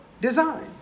design